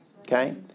okay